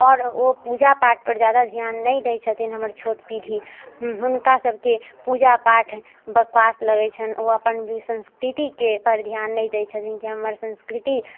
आओर ओ पूजा पाठपर जादा ध्यान नहि दै छथिन हमर छोट पीढ़ी हुनका सबके पूजा पाठ बकबास लगै छन्हि ओ अपन संस्कृतिपर ध्यान नहि दै छथिन की हमर संस्कृति